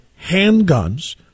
handguns